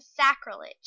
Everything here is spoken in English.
sacrilege